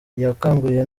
yakanguriye